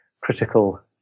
critical